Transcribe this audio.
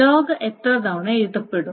log എത്ര തവണ എഴുതപ്പെടും